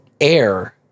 air